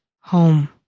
home